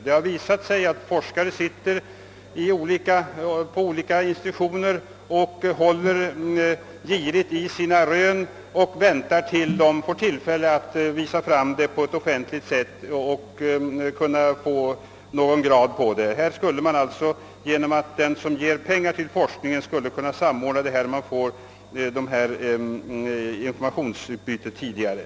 Det har visat sig att forskare sitter på olika institutioner och håller girigt på sina rön i väntan på att få tillfälle att visa fram dem offentligt och få någon grad för dem. Den som ger pengar till forskningen borde därför kunna samordna informationsutbytet tidigare.